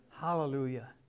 Hallelujah